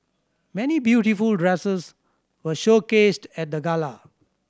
many beautiful dresses were showcased at the gala